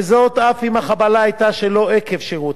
וזאת אף אם החבלה היתה שלא עקב שירותו.